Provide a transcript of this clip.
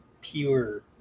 pure